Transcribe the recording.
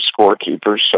scorekeepers